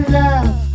love